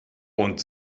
und